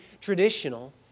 traditional